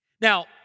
Now